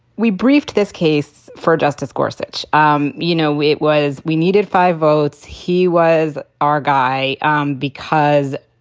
we briefed this case for justice gorsuch. um you know, we it was we needed five votes. he was our guy um because,